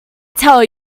tell